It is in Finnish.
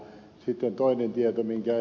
sitten toinen tieto kun ed